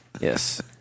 Yes